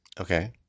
Okay